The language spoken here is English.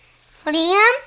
Liam